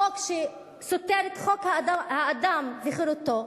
חוק שסותר את חוק האדם וחירותו.